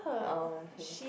oh